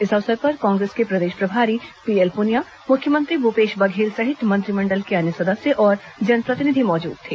इस अवसर पर कांग्रेस के प्रदेश प्रभारी पीएल पुनिया मुख्यमंत्री भूपेश बघेल सहित मंत्रिमंडल के अन्य सदस्य और जनप्रतिनिधि मौजूद थे